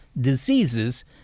diseases